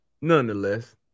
nonetheless